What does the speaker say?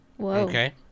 Okay